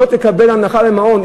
היא לא תקבל הנחה למעון,